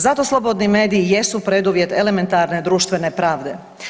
Zato slobodni mediji jesu preduvjet elementarne društvene pravde.